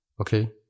Okay